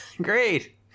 great